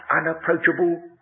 unapproachable